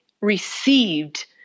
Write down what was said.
received